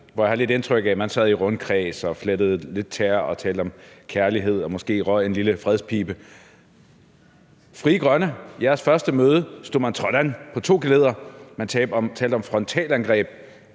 hvor jeg lidt har indtrykket af, at man sad i rundkreds og flettede tæer og talte om kærlighed og måske røg en lille fredspibe. På Frie Grønnes første møde stod man trådt an på to geledder. Man talte om frontalangreb